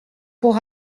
pour